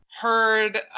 heard